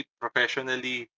professionally